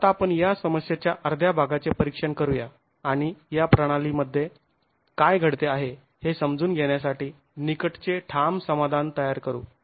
आता आपण या समस्येच्या अर्ध्या भागाचे परीक्षण करूया आणि या प्रणाली मध्ये काय घडते आहे हे समजून घेण्यासाठी निकटचे ठाम समाधान तयार करू